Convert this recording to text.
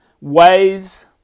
ways